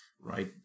right